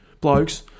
blokes